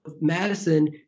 Madison